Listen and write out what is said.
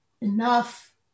Enough